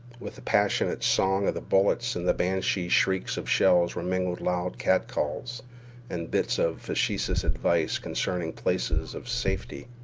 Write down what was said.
with the passionate song of the bullets and the banshee shrieks of shells were mingled loud catcalls and bits of facetious advice concerning places of safety.